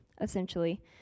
essentially